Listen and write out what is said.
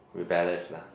rebellious lah